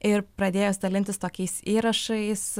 ir pradėjos dalintis tokiais įrašais